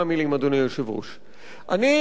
עמיתי חברי הכנסת,